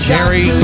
Jerry